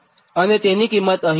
અને તેની કિંમત અહીં મુકો